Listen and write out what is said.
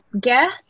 guess